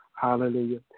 Hallelujah